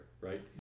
right